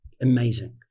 amazing